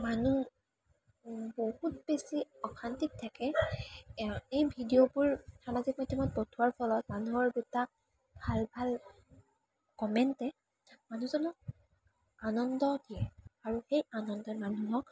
মানুহ বহুত বেছি অশান্তিত থাকে এই ভিডিঅ'বোৰ সামাজিক মাধ্যমত পঠোৱাৰ ফলত মানুহৰ দুটা ভাল ভাল কমেণ্টে মানুহজনক আনন্দ দিয়ে আৰু সেই আনন্দই মানুহক